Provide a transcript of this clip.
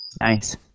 Nice